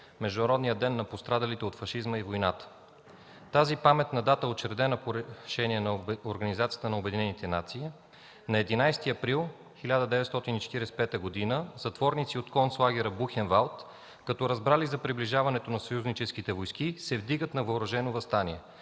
Международния ден на пострадалите от фашизма и войната. Тази паметна дата е учредена по решение на Организацията на обединените нации. На 11 април 1945 г. затворници от концлагера Бухенвалд, като разбрали за приближаването на съюзническите войски, се вдигат на въоръжено въстание,